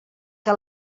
que